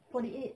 forty eight